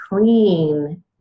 clean